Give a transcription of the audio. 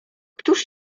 któż